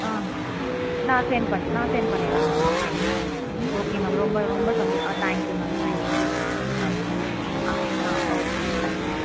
ஆ நான் சென்ட் பண் நான் சென்ட் பண்ணிடுறேன் ma'am okay ma'am okay ma'am ரொம்ப ரொம்ப சந்தோ ah thank you ma'am thank you ma'am ah ah ah okay ma'am thank you ma'am